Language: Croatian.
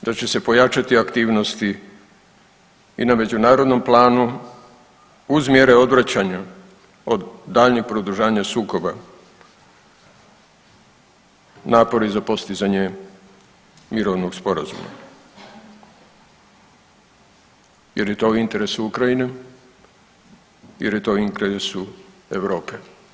Nadamo se da će se pojačati aktivnosti na međunarodnom planu uz mjere obraćanja od daljnjeg produžanja sukoba, napori za postizanje mirovnog sporazuma jer je to u interesu Ukrajine, jer je to u interesu Europe.